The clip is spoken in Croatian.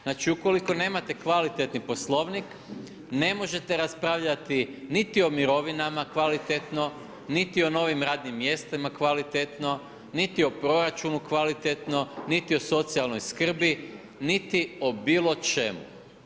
Znači, ukoliko nemate kvalitetni poslovnik, ne možete raspravljati niti o mirovinama kvalitetno, niti o novim radnim mjestima kvalitetno, niti o proračunu kvalitetno, niti o socijalnoj skrbi, niti o bilo čemu.